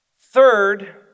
Third